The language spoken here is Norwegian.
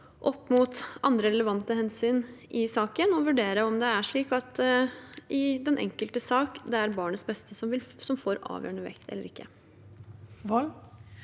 opp mot andre relevante hensyn i saken, og vurdere om det er slik at det i den enkelte sak er barnets beste som får avgjørende vekt eller ikke. Grete